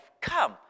come